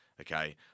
okay